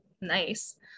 nice